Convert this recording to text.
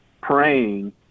praying